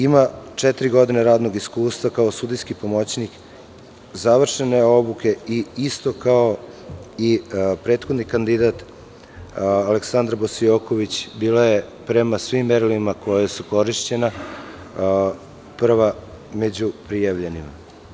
Ima četiri godine radnog iskustva kao sudijski pomoćnik, završene obuke i isto kao i prethodni kandidat, Aleksandra Gosioković, bila je, prema svim merilima koja su korišćena, prva među prijavljenima.